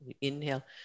Inhale